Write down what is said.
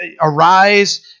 arise